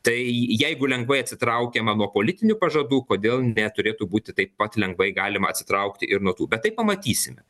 tai jeigu lengvai atsitraukiama nuo politinių pažadų kodėl neturėtų būti taip pat lengvai galim atsitraukti ir nuo tų bet tai pamatysime